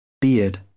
Beard